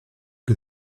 que